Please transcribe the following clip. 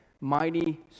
mighty